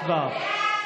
הצבעה.